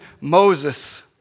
Moses